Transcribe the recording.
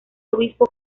obispo